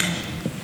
שלוש דקות.